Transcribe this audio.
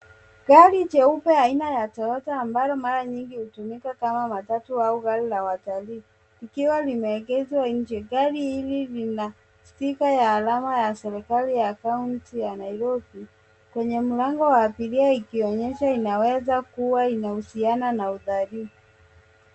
Gari jeupe aina ya Toyota ambalo mara nyingi hutumika kama matatu ama gari la watalii likiwa limeegezwa nje. Gari hili lina sifa ya alama ya serikali ya kaunti ya Nairobi kwenye mlango wa abiria, ikionyesha inaweza kuwa inahusiana na utalii.